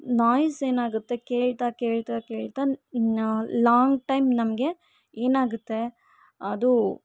noise ಏನಾಗುತ್ತೆ ಕೇಳ್ತಾ ಕೇಳ್ತಾ ಕೇಳ್ತಾನೇ ಲಾಂಗ್ ಟೈಮ್ ನಮಗೆ ಏನಾಗುತ್ತೆ ಅದು